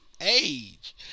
age